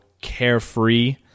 carefree